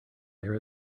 there